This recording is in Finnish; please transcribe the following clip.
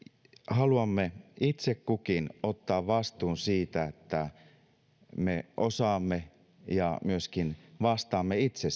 haluamme itse kukin ottaa vastuun siitä että me osaamme ja myöskin vastaamme itse